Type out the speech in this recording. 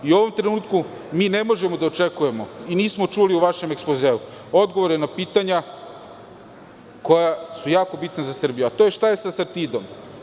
U ovom trenutku mi ne možemo da očekujemo i nismo čuli u vašem ekspozeu odgovore na pitanja koja su jako bitna za Srbiju, a to je – šta je sa „Sartidom“